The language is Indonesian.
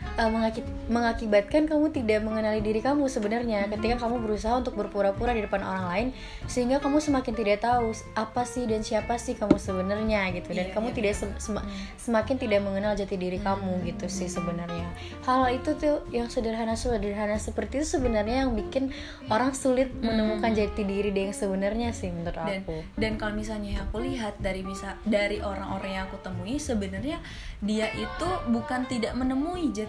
Uh, mengakit- mengakibatkan kamu tidak mengenali diri kamu sebenarnya. Ketika kamu berusaha untuk berpura-pura di depan orang lain, sehingga kamu semakin tidak tahu s- apa sih dan siapa sih kamu sebenarnya gitu. Dan Iya, kamu iya, tidak iya. sem- sema- Hmm. semakin tidak mengenal jati diri kamu gitu sih sebenarnya. Hal itu tuh yang sederhana-sederhana seperti itu sebenarnya yang bikin orang sulit menemukan Hmm. jati diri dia yang sebenarnya sih menurut Dan- aku. dan kalau misalnya aku lihat dari bisa- dari orang-orang yang aku temui, sebenarnya dia itu bukan tidak menemui jati